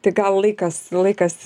tai gal laikas laikas